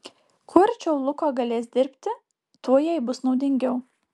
kuo arčiau luko galės dirbti tuo jai bus naudingiau